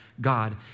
God